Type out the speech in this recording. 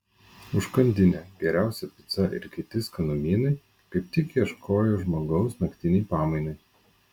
užkandinė geriausia pica ir kiti skanumynai kaip tik ieškojo žmogaus naktinei pamainai